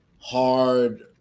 hard